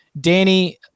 Danny